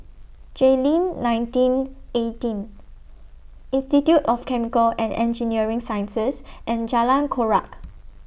Jayleen nineteen eighteen Institute of Chemical and Engineering Sciences and Jalan Chorak